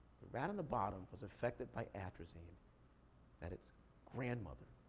the rat on the bottom was affected by atrazine that its grandmother